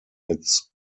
its